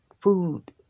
food